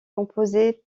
composée